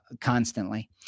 constantly